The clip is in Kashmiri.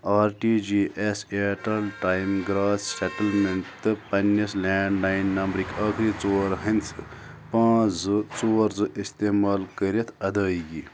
R T G S Airtel time gross settlement تہٕ پننِس لینٛڈ لاین نمبرٕکۍ ٲخٕری ژور ہنٛدسہٕ پانٛژھ زٕ ژور زٕ استعمال کٔرتھ ادٲیگی